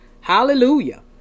Hallelujah